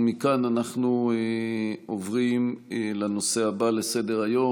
מכאן אנחנו עוברים לנושא הבא על סדר-היום.